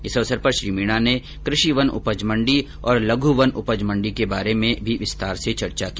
इस अवसर पर श्री मीणा ने कृषि वन उपज मण्डी और लघ् वन उपज मण्डी के बारे में भी विस्तार से चर्चा की